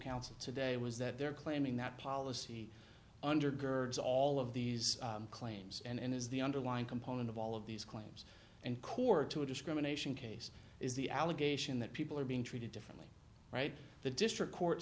counsel today was that they're claiming that policy undergirds all of these claims and is the underlying component of all of these claims and core to a discrimination case is the allegation that people are being treated differently right the district court